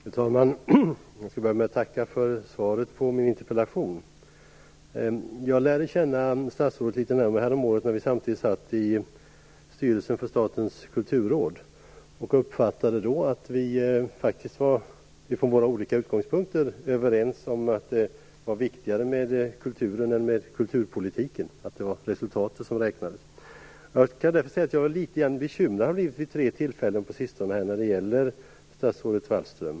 Fru talman! Jag skall börja med att tacka för svaret på min interpellation. Jag lärde känna statsrådet litet närmare häromåret när vi samtidigt satt i styrelsen för Statens kulturråd. Jag uppfattade att vi då, från våra olika utgångspunkter, var överens om att det var viktigare med kulturen än med kulturpolitiken - det var resultatet som räknades. Därför har jag varit litet bekymrad vid tre tillfällen på sistone när det gäller statsrådet Wallström.